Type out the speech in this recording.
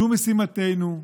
זו משימתנו,